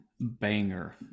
banger